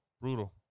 Brutal